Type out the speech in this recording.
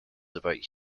about